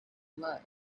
blood